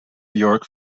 york